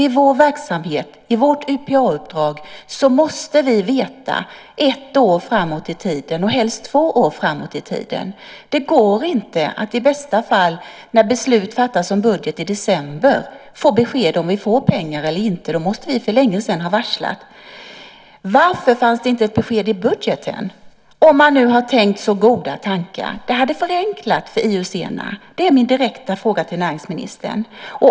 I vår verksamhet, i vårt UPA-uppdrag, måste vi veta vad som gäller ett år framåt i tiden och helst två år framåt i tiden. Det går inte att i bästa fall när beslut fattas om budget i december få besked om vi får pengar eller inte. Då måste vi för länge sedan ha varslat. Varför fanns det inte ett besked i budgeten, om man nu har tänkt så goda tankar? Det hade förenklat för IUC-bolagen. Det är min direkta fråga till näringsministern.